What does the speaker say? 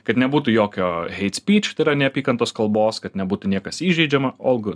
kad nebūtų jokio hate speech tai yra neapykantos kalbos kad nebūtų niekas įžeidžiama all good